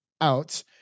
out